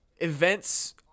Events